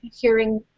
hearing